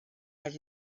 has